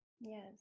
Yes